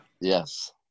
Yes